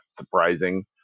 surprising